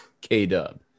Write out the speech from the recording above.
K-Dub